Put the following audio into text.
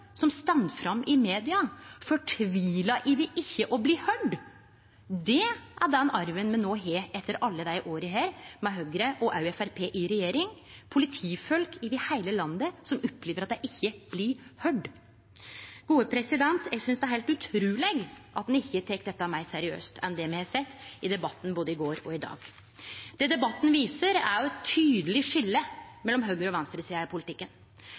som står fram i media, fortvila over ikkje å bli høyrde. Det er den arven me no har etter alle desse åra med Høgre, og også Framstegspartiet, i regjering – politifolk over heile landet som opplever at dei ikkje blir høyrde. Eg synest det er heilt utruleg at ein ikkje tek dette meir seriøst enn det me har sett i debatten både i går og i dag. Det debatten viser, er eit tydeleg skilje mellom høgresida og venstresida i politikken.